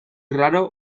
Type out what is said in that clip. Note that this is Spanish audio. raro